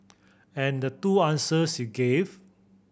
and the two answers you gave